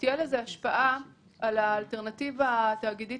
תהיה לזה השפעה על האלטרנטיבה התאגידית